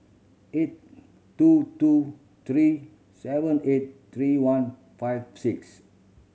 eight two two three seven eight three one five six